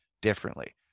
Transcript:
differently